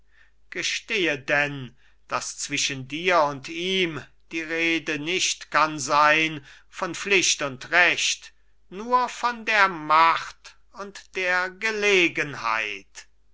gestehe denn daß zwischen dir und ihm die rede nicht kann sein von pflicht und recht nur von der macht und der gelegenheit